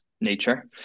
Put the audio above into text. nature